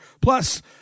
Plus